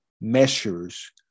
measures